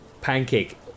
pancake